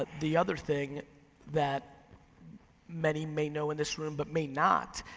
the other thing that many may know in this room but may not,